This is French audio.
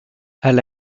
elle